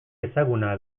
ezaguna